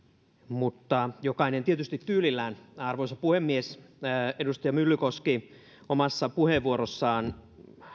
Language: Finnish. mutta jokainen tietysti tyylillään arvoisa puhemies edustaja myllykoski omassa puheenvuorossaan